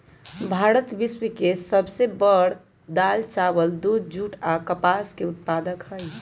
भारत विश्व के सब से बड़ दाल, चावल, दूध, जुट आ कपास के उत्पादक हई